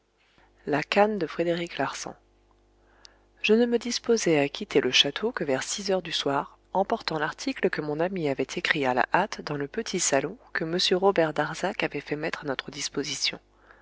je ne me disposai à quitter le château que vers six heures du soir emportant l'article que mon ami avait écrit à la hâte dans le petit salon que m robert darzac avait fait mettre à notre disposition